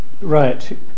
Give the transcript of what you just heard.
Right